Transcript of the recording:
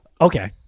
Okay